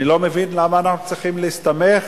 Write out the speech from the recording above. אני לא מבין למה אנחנו צריכים להסתמך